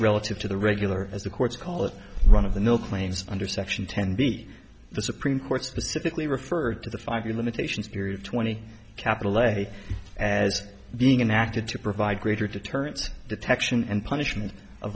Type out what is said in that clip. relative to the regular as the courts call it run of the mill claims under section ten b the supreme court specifically referred to the five year limitations period twenty capital a as being enacted to provide greater deterrence detection and punishment of